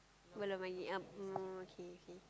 a lot of money uh oh okay okay